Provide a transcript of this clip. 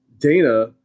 Dana